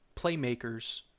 playmakers